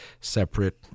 separate